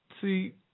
See